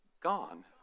gone